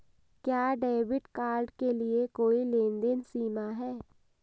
क्या debit card के लिए कोई लेनदेन सीमा है?